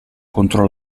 contro